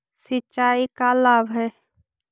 सिंचाई का लाभ है?